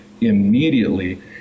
immediately